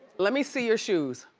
let me see your shoes.